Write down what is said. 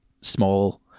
small